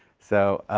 so,